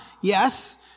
yes